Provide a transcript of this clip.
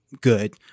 good